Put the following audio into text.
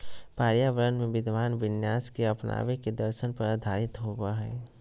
पर्यावरण में विद्यमान विन्यास के अपनावे के दर्शन पर आधारित होबा हइ